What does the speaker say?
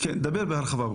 דבר בהרחבה.